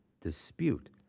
dispute